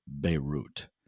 Beirut